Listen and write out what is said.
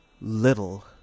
little